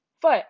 foot